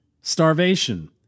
starvation